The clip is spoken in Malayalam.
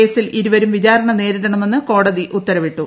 കേസിൽ ഇരുവരും വിചാരണ നേരിടണമെന്ന് കോടതി ഉത്തരവിട്ടു